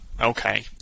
okay